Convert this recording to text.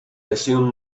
assume